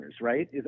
right